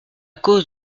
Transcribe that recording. cause